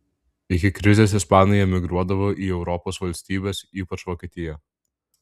iki krizės ispanai emigruodavo į europos valstybes ypač vokietiją